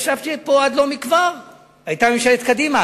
עד לא מכבר ישבתי פה, היתה ממשלת קדימה.